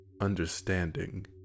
Understanding